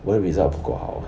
我的 result 不够好